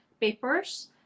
papers